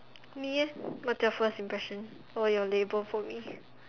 me eh what's your first impression what were your label for me